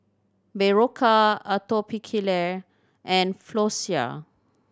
Berocca Atopiclair and Floxia